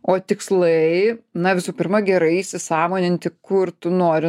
o tikslai na visų pirma gerai įsisąmoninti kur tu nori